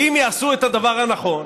שאם יעשו את הדבר הנכון,